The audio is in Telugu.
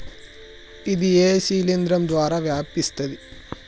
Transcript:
ఇది ఏ శిలింద్రం ద్వారా వ్యాపిస్తది?